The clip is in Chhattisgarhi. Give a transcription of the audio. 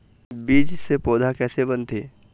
बीज से पौधा कैसे बनथे?